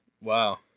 Wow